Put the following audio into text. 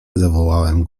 zawołałem